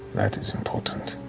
that is important.